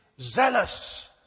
zealous